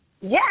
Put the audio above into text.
Yes